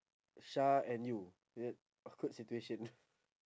sha and you is it awkward situation